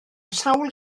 sawl